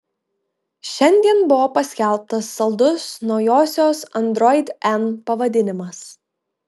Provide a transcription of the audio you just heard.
šiandien buvo paskelbtas saldus naujosios android n pavadinimas